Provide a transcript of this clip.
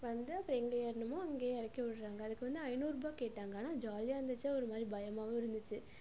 வந்து அப்புறம் எங்கே ஏறினமோ அங்கேயே இறக்கிவிட்றாங்க அதுக்கு வந்து ஐநூறுபாய் கேட்டாங்க ஆனால் ஜாலியாக இருந்துச்சு ஒரு மாதிரி பயமாகவும் இருந்துச்சு